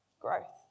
growth